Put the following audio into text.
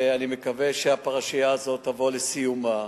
ואני מקווה שהפרשייה הזאת תבוא על סיומה.